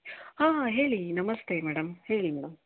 ಹಾಂ ಹೇಳಿ ನಮಸ್ತೆ ಮೇಡಮ್ ಹೇಳಿ ಮೇಡಮ್